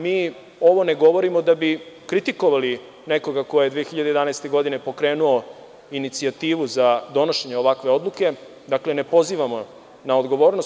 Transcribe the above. Mi ovo ne govorimo da bi kritikovali nekoga ko je 2011. godine pokrenuo inicijativu za donošenje ovakve odluke, dakle ne pozivamo na odgovornost.